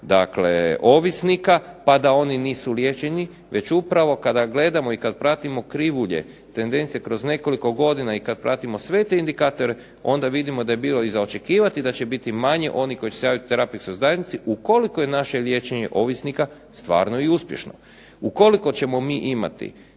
broj ovisnika pa da oni nisu liječeni već upravo kada gledamo i kad pratimo krivulje tendencije kroz nekoliko godina i kad pratimo sve te indikatore onda vidimo da je bilo i za očekivati da će biti manje onih koji će se javit terapijskoj zajednici ukoliko je naše liječenje ovisnika stvarno i uspješno. Ukoliko ćemo mi imati